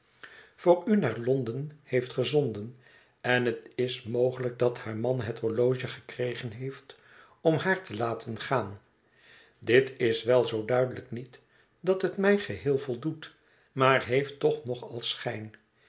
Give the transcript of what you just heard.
voor u naar londen heeft gezonden en het is mogelijk dat haar man het horloge gekregen heeft om haar te laten gaan dit is wel zoo duidelijk niet dat het mij geheel voldoet maar heeft toch nog al